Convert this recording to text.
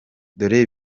dore